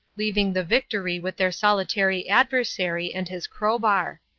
leaving the victory with their solitary adversary and his crowbar.